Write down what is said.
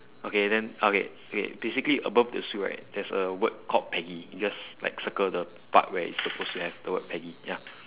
okay then okay okay basically above the sue right there's a word called peggy you just like circle the part where it supposed to have the word peggy ya